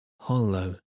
hollow